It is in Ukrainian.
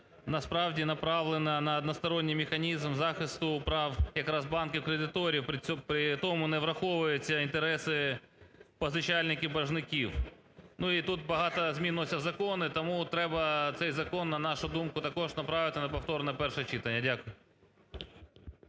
насправді, направлений на односторонній механізм захисту прав якраз банків-кредиторів, при цьому не враховуються інтереси позичальників-боржинків. І тут багато змін вносять в закони. Тому треба цей закон, на нашу думку, також направити на повторне перше читання. Дякую.